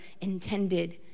intended